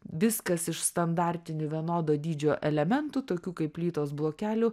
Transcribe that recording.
viskas iš standartinių vienodo dydžio elementų tokių kaip plytos blokelių